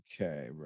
Okay